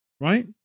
Right